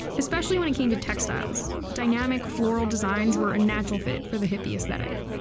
especially when it came to textiles dynamic, floral designs were a natural fit for the hippie aesthetic.